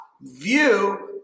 view